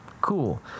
cool